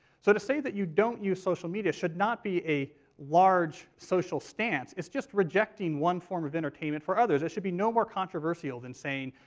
so to say that you don't use social media should not be a large social stance, it's just rejecting one form of entertainment for others. there should be no more controversial than saying,